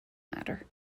matter